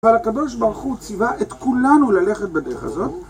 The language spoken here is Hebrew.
ועל הקדוש ברוך הוא צווה את כולנו ללכת בדרך הזאת